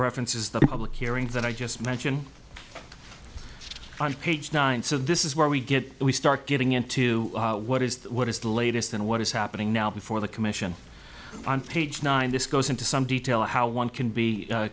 reference is the public hearing that i just mention on page nine so this is where we get we start getting into what is the what is the latest and what is happening now before the commission on page nine this goes into some detail of how one can be